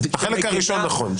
החלק הראשון נכון.